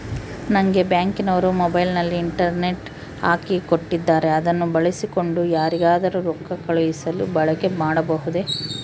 ನಂಗೆ ಬ್ಯಾಂಕಿನವರು ಮೊಬೈಲಿನಲ್ಲಿ ಇಂಟರ್ನೆಟ್ ಹಾಕಿ ಕೊಟ್ಟಿದ್ದಾರೆ ಅದನ್ನು ಬಳಸಿಕೊಂಡು ಯಾರಿಗಾದರೂ ರೊಕ್ಕ ಕಳುಹಿಸಲು ಬಳಕೆ ಮಾಡಬಹುದೇ?